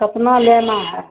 कितना लेना है